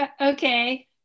Okay